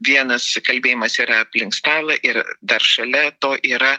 vienas kalbėjimas yra aplink stalą ir dar šalia to yra